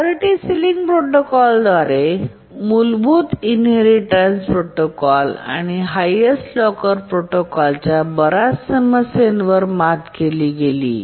priority ceiling प्रोटोकॉलने मूलभूत inheritance protocol आणि हायेस्ट लॉकर प्रोटोकॉलच्या बर्याच समस्येवर मात केली